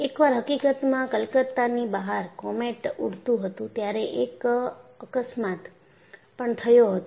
એકવાર હકીકતમાં કલકત્તાની બહાર કોમેટ ઉડતું હતું ત્યારે એક અકસ્માત પણ થયો હતો